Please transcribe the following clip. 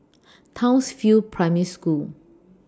Townsville Primary School